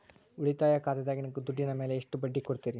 ಉಳಿತಾಯ ಖಾತೆದಾಗಿನ ದುಡ್ಡಿನ ಮ್ಯಾಲೆ ಎಷ್ಟ ಬಡ್ಡಿ ಕೊಡ್ತಿರಿ?